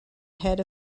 head